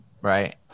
Right